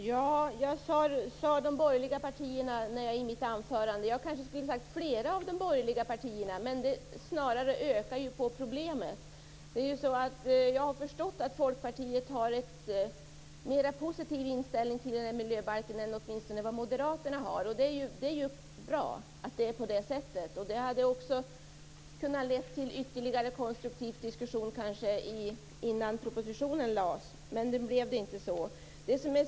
Fru talman! Jag talade om de borgerliga partierna i mitt anförande. Jag skulle kanske ha sagt "flera av de borgerliga partierna". Det ökar ju snarare problemet. Jag har förstått att Folkpartiet har en mer positiv inställning till miljöbalken än vad åtminstone moderaterna har. Det är ju bra att det är på det sättet. Det hade kanske kunnat leda till ytterligare konstruktiva diskussioner innan propositionen lades fram, men nu blev det inte så.